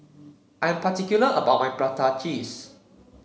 I am particular about my Prata Cheese